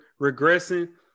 regressing